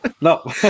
No